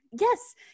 yes